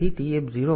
તેથી એવું થતું નથી